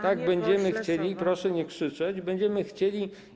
Tak będziemy chcieli - proszę nie krzyczeć - będziemy chcieli.